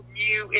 new